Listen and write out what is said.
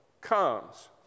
comes